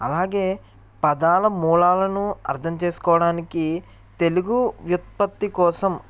అలాగే పదాల మూలాలను అర్థం చేసుకోవడానికి తెలుగు వ్యుత్పత్తి కోసం